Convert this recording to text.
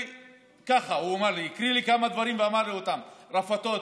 הוא הקריא לי כמה דברים ואמר לי אותם: רפתות,